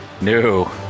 No